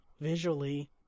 visually